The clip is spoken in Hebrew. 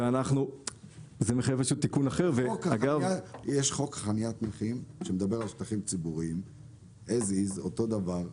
יש חוק חנית נכים שמדבר על שטחים ציבוריים - אותו דבר.